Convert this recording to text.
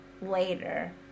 later